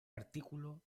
artículo